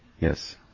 Yes